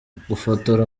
gufotora